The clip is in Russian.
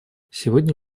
сегодня